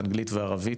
אנגלית וערבית,